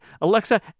Alexa